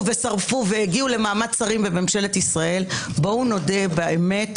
ושרפו והגיעו למעמד שרים בממשלת ישראל בואו נודה באמת